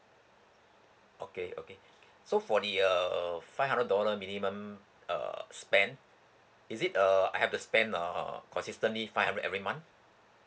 okay okay so for the err five hundred dollar minimum uh spend is it err I have to spend err consistently five hundred every month